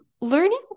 learning